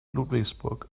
ludwigsburg